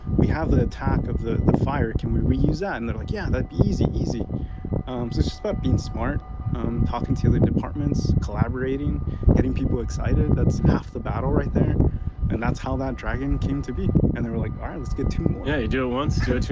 we have the attack of the the fire can we we use that and they're like, yeah, that'd be easy easy so just about being smart talking tailor departments collaborating getting people excited. that's half the battle right there and that's how that dragon came to be and they were like, alright, let's get two more yeah, you do once so yeah,